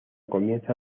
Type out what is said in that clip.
comienza